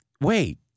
wait